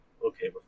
Okay